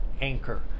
anchor